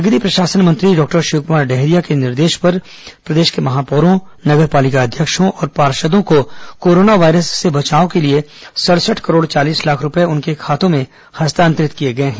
नगरीय प्रशासन मंत्री डॉक्टर शिवकुमार डहरिया के निर्देश पर प्रदेश के महापौरों नगर पालिका अध्यक्षों और पार्षदों को कोरोना वायरस से बचाव के लिए सड़सठ करोड़ चालीस लाख रूपये उनके खातों में हस्तांतरित किए गए हैं